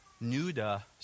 Nuda